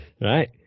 Right